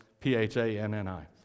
P-H-A-N-N-I